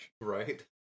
Right